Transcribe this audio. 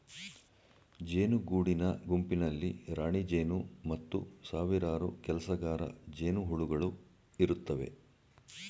ಜೇನು ಗೂಡಿನ ಗುಂಪಿನಲ್ಲಿ ರಾಣಿಜೇನು ಮತ್ತು ಸಾವಿರಾರು ಕೆಲಸಗಾರ ಜೇನುಹುಳುಗಳು ಇರುತ್ತವೆ